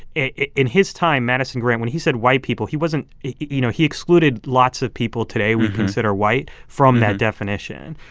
in his time, madison grant, when he said white people, he wasn't you know, he excluded lots of people today we consider white from that definition.